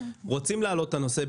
שרוצים להעלות את הנושא.